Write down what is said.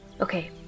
Okay